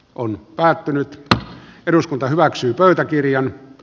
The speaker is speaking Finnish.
olin päättänyt että eduskunta hyväksyi pöytäkirjan p